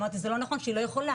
אמרתי זה לא נכון שהיא לא יכולה.